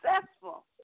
successful